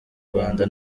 rwanda